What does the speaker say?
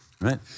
right